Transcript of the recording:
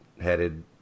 headed